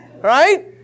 Right